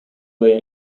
way